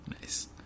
Nice